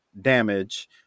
damage